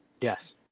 Yes